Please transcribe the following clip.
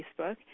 Facebook